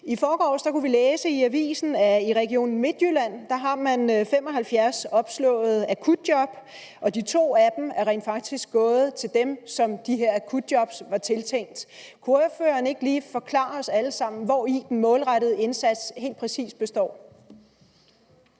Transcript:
I forgårs kunne vi læse i avisen, at man i Region Midtjylland har 75 opslåede akutjob, og at de 2 af dem rent faktisk er gået til de mennesker, de her akutjob var tiltænkt. Kunne ordføreren ikke lige forklare os alle sammen, hvori den målrettede indsats helt præcis består?